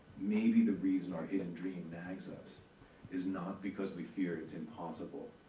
maybe the reason our hidden dream nags us is not because we fear it's impossible,